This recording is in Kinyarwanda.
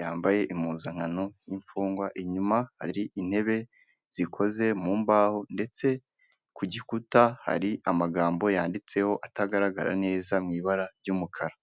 yambaye impuzankano y'imfungwa, inyuma hari intebe zikoze mu mbaho, ndetse ku gikuta hari amagambo yanditseho atagaragara neza mu ibara ry'umukara.